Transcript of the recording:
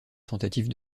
tentative